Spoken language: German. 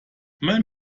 mein